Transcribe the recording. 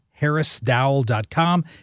harrisdowell.com